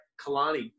Kalani